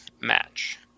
match